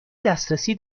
دسترسی